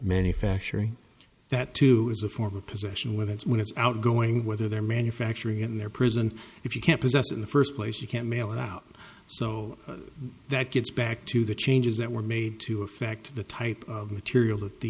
manufacturing that too is a form of possession with it's when it's outgoing whether they're manufacturing it in their prison if you can't possess in the first place you can't mail it out so that gets back to the changes that were made to affect the type of material that the